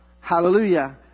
Hallelujah